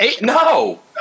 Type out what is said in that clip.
No